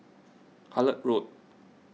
Hullet Road